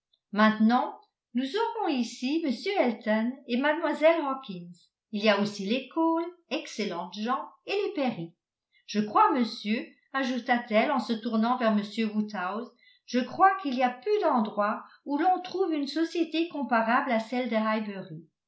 maintenant nous aurons ici m elton et mlle hawkins il y a aussi les cole excellentes gens et les perry je crois monsieur ajouta-t-elle en se tournant vers m woodhouse je crois qu'il y a peu d'endroits où l'on trouve une société comparable à celle de